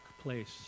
place